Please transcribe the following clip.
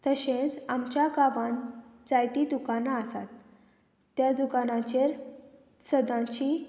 तशेंच आमच्या गांवांत जायतीं दुकानां आसात त्या दुकानाचेर सदांची